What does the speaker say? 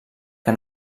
que